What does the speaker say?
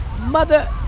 Mother